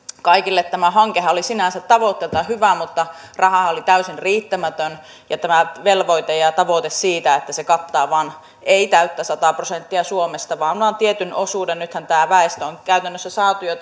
kaikille hankehan oli sinänsä tavoitteiltaan hyvä mutta rahahan oli täysin riittämätön samoin tämä velvoite ja tavoite siitä että se ei kata täyttä sataa prosenttia suomesta vaan vain tietyn osuuden nythän tämä tavoite on käytännössä saatu jo